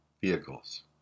vehicles